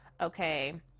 Okay